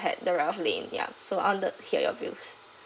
had the right of lane ya so I want to hear your views